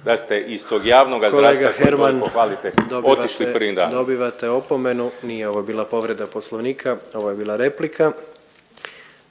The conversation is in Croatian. Kolega Herman, dobivate./… koji toliko hvalite otišli prvim danom. **Jandroković, Gordan (HDZ)** Dobivate opomenu, nije ovo bila povreda Poslovnika, ovo je bila replika.